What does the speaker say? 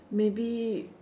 maybe